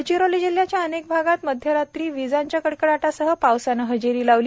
गडचिरोली जिल्ह्याच्या अनेक भागात मध्यरात्री विजांच्या कडकडाटासह पावसाने हजेरी लावली